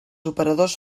operadors